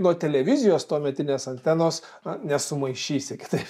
nuo televizijos tuometinės antenos na nesumaišysi kitaip